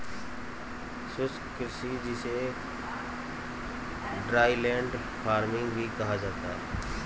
शुष्क कृषि जिसे ड्राईलैंड फार्मिंग भी कहा जाता है